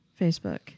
Facebook